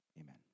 Amen